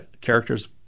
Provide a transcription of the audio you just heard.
characters